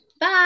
Bye